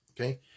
Okay